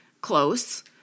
close